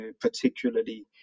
particularly